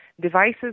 devices